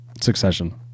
Succession